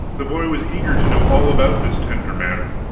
the boy was eager to know all about this tender matter.